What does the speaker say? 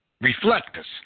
reflectors